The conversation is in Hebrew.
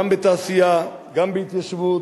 גם בתעשייה, גם בהתיישבות,